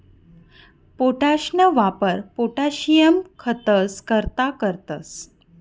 पोटाशना वापर पोटाशियम खतंस करता करतंस